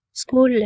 school